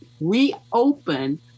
reopen